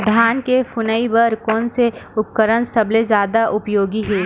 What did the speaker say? धान के फुनाई बर कोन से उपकरण सबले जादा उपयोगी हे?